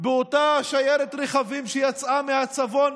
עם אותה שיירת רכבים שיצאה מהצפון,